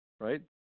right